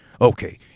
Okay